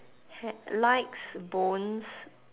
ha~ likes bones